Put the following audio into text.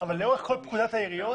אבל לאורך כל פקודת העיריות